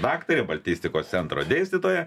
daktare baltistikos centro dėstytoja